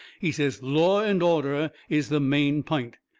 he says law and order is the main pint.